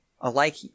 alike